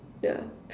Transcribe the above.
yeah